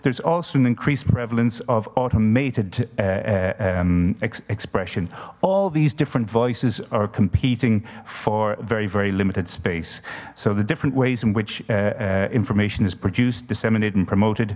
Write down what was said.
there's also an increased prevalence of automated expression all these different voices are competing for very very limited space so the different ways in which information is produced disseminate and promoted